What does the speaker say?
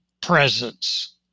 presence